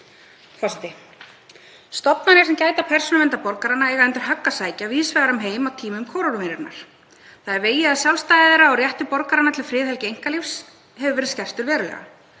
Forseti. Stofnanir sem gæta persónuverndar borgaranna eiga undir högg að sækja víðs vegar um heim á tímum kórónuveirunnar. Það er vegið að sjálfstæði þeirra og réttur borgaranna til friðhelgi einkalífs hefur verið skertur verulega.